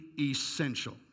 essential